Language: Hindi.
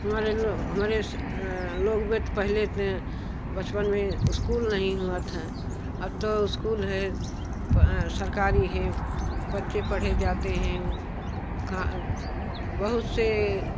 हमारे लोग हमारे इस लोग बहुत पहले से बचपन में स्कूल नहीं हुआ था अब तो स्कूल हैं पर सरकारी है बच्चें पढ़े जाते हैं का बहुत से